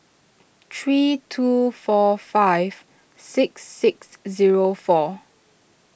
three two four five six six zero four